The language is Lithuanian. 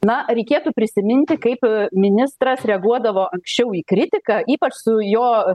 na reikėtų prisiminti kaip ministras reaguodavo anksčiau į kritiką ypač su jo